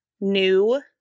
new